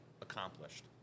accomplished